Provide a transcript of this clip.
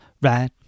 right